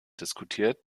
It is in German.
diskutiert